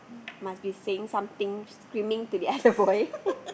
must be saying something screaming to the other boy